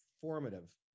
formative